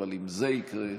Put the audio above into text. אבל אם זה יקרה,